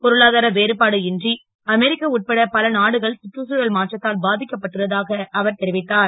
பொருளாதார வேறுபாடு இன்றி அமெரிக்க உட்பட பல நாடுகள் குற்றுச்சூழல் மாற்றத்தால் பா க்கப்பட்டுள்ளதாக அவர் தெரிவித்தார்